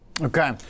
Okay